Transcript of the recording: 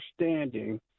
understanding